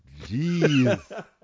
Jeez